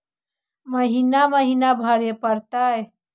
महिना महिना भरे परतैय?